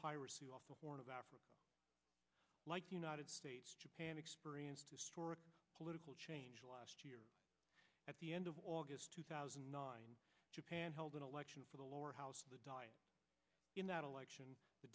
piracy off the horn of africa like united states japan experienced political change last year at the end of august two thousand and nine japan held an election for the lower house in that election the